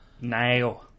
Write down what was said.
now